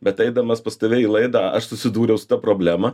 bet eidamas pas tave į laidą aš susidūriau su ta problema